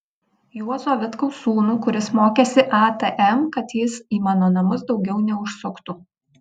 juozo vitkaus sūnų kuris mokėsi atm kad jis į mano namus daugiau neužsuktų